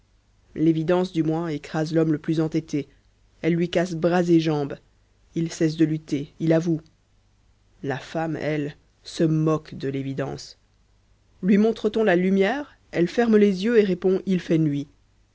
l'évidence du moins écrase l'homme le plus entêté elle lui casse bras et jambes il cesse de lutter il avoue la femme elle se moque de l'évidence lui montre t on la lumière elle ferme les yeux et répond il fait nuit